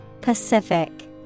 Pacific